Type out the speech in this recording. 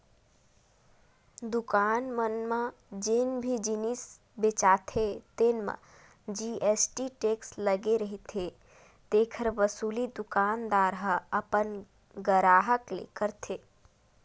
दुकान मन म जेन भी जिनिस बेचाथे तेन म जी.एस.टी टेक्स लगे रहिथे तेखर वसूली दुकानदार ह अपन गराहक ले करथे